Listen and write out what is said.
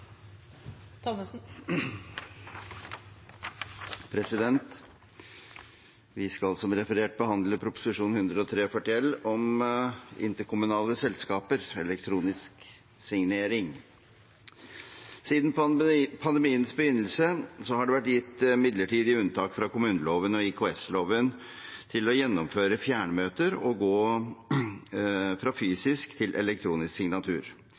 Vi skal som referert behandle Prop. 143 L for 2020–2021 om interkommunale selskaper, elektronisk signering. Siden pandemiens begynnelse har det vært gitt midlertidig unntak fra kommuneloven og IKS-loven for å gjennomføre fjernmøter og gå fra fysisk til elektronisk signatur.